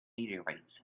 meteorites